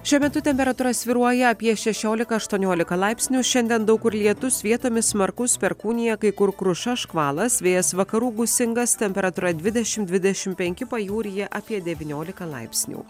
šiuo metu temperatūra svyruoja apie šešiolika aštuoniolika laipsnių šiandien daug kur lietus vietomis smarkus perkūnija kai kur kruša škvalas vėjas vakarų gūsingas temperatūra dvidešim dvidešim penki pajūryje apie devyniolika laipsnių